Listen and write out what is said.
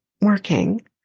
working